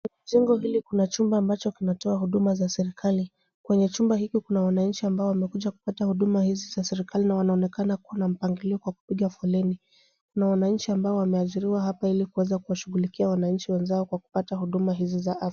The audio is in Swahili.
Kwenye jengo hili kuna chumba ambacho kinatoa huduma za serikali. Kwenye chumba hicho kuna wananchi ambao wamekuja kupata huduma hizi za serikali na wanaonekana kuwa na mpangilio kwa kupiga foleni na wananchi ambao wameajiriwa hapa ili kuweza kuwashughulikia wananchi wenzao kwa kupata huduma hizo za afya.